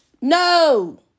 No